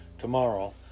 Tomorrow